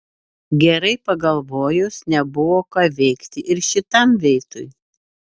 gerai pagalvojus nebuvo ką veikti ir šitam veitui